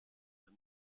from